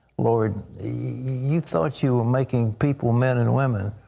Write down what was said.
lord, you thought you were making people men and women,